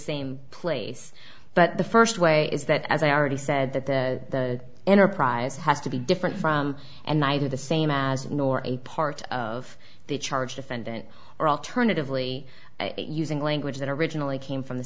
same place but the first way is that as i already said that the enterprise has to be different from and i do the same as ignore a part of the charge defendant or alternatively using language that originally came from the